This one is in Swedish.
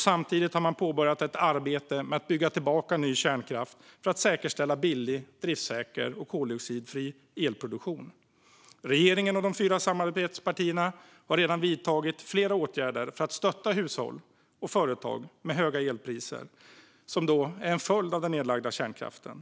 Samtidigt har man påbörjat ett arbete med att bygga tillbaka ny kärnkraft för att säkerställa billig, driftssäker och koldioxidfri elproduktion. Regeringen och de fyra samarbetspartierna har redan vidtagit flera åtgärder för att stötta hushåll och företag som drabbas av höga elpriser som en följd av den nedlagda kärnkraften.